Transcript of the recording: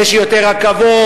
יש יותר רכבות,